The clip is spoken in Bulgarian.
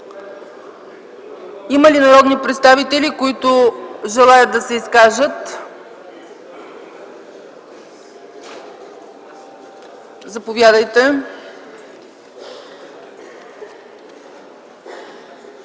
Има ли народни представители, които желаят да се изкажат? Заповядайте.